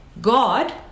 God